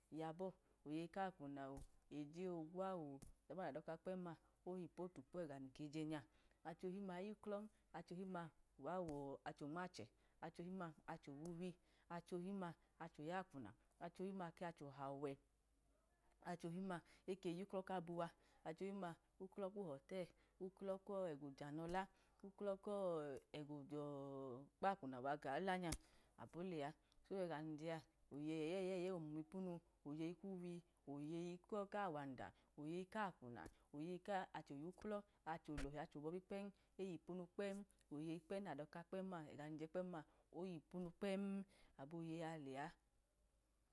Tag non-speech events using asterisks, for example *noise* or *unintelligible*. Yabọ oyeyi kakwuna oh eje ogwa o yabo̱ ipu otukpa ẹga num ke jẹ nya, achohim ma *unintelligible* achohim ma iyuklọ, achohim ma uwa wache onmache, achohim-ma achẹ owuwi, achohim ma achẹ yakwana, achohim-ma ke wachẹ ohayi ọwẹ saliva achohim ma eke yuklọ ka buwọ, achohim-ma yuklọ kuhọtẹl uklọ kẹgo janọ la, uklọ kego kpakwuna wa ga la nya abo lẹa, so ega mun jẹ a oyeyi ẹyẹyẹyi omonipunu, *unintelligible* oyeyi kawanda oyeyi kakwuna oyeyi kache oyuklọ, achẹ olọtu achẹ obọbi kpẹm oyipunu kpẹm, oyeyi kpẹm nadoka kpẹm ega num jẹ kpẹm ma, oyipum kpẹm abo yeyi alọa.